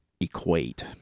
equate